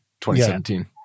2017